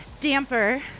damper